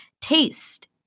Taste